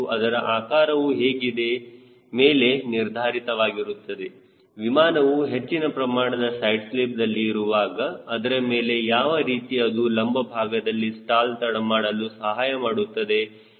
ಅದರ ಆಕಾರವೂ ಹೇಗಿದೆ ಮೇಲೆ ನಿರ್ಧಾರಿತವಾಗಿರುತ್ತದೆ ವಿಮಾನವು ಹೆಚ್ಚಿನ ಪ್ರಮಾಣದ ಸೈಡ್ ಸ್ಲಿಪ್ದಲ್ಲಿ ಇರುವಾಗ ಅದರ ಮೇಲೆ ಯಾವ ರೀತಿ ಅದು ಲಂಬ ಭಾಗದಲ್ಲಿ ಸ್ಟಾಲ್ ತಡಮಾಡಲು ಸಹಾಯ ಮಾಡುತ್ತದೆ ಎನ್ನುವುದರ ಮೇಲೆ ನಿರ್ಧಾರಿತವಾಗಿರುತ್ತದೆ